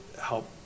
help